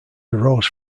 arose